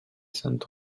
sunt